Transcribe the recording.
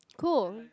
cool